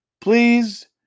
please